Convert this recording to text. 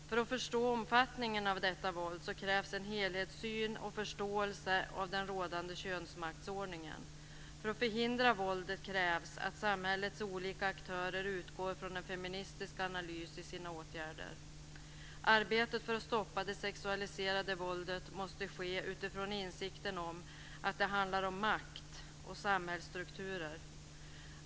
För att förstå omfattningen av detta våld krävs en helhetssyn och en förståelse av den rådande könsmaktsordningen. För att förhindra våldet krävs att samhällets olika aktörer utgår från en feministisk analys i sina åtgärder. Arbetet för att stoppa det sexualiserade våldet måste ske utifrån insikten om att det handlar om makt och samhällsstrukturer.